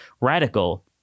radical